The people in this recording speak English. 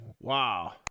wow